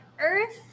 earth